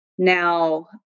Now